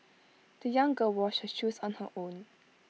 the young girl washed her shoes on her own